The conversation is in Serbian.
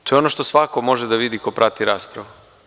To je ono što svako može da vidi, ako prati raspravu.